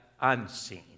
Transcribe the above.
unseen